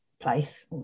place